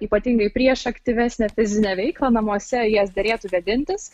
ypatingai prieš aktyvesnę fizinę veiklą namuose jas derėtų vėdintis